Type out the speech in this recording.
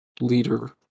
leader